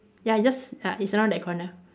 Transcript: ya just ya it's around that corner